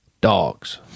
dogs